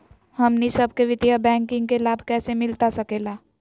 हमनी सबके वित्तीय बैंकिंग के लाभ कैसे मिलता सके ला?